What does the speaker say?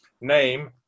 name